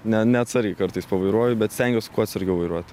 ne neatsargiai kartais pavairuoju bet stengiuos kuo atsargiau vairuot